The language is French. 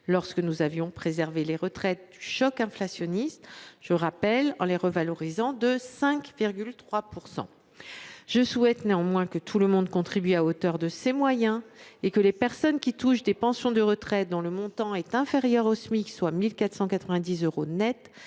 lorsque nous avions préservé les retraites du choc inflationniste en les revalorisant de 5,3 %. Tout le monde doit contribuer à hauteur de ses moyens, et les personnes qui touchent des pensions de retraite dont le montant est inférieur au Smic, soit 1 490 euros net,